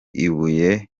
ibuye